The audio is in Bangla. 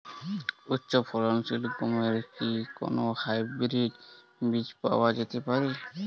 উচ্চ ফলনশীল গমের কি কোন হাইব্রীড বীজ পাওয়া যেতে পারে?